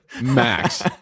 max